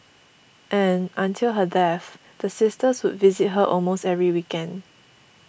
and until her death the sisters would visit her almost every weekend